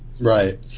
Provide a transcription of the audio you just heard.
Right